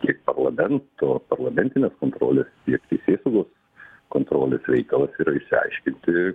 tiek parlamento parlamentinės kontrolės ir teisėsaugos kontrolės reikalas yra išsiaiškinti